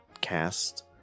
cast